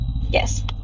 Yes